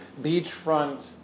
beachfront